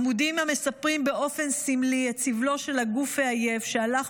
עמודים המספרים באופן סמלי את סבלו של הגוף העייף שהלך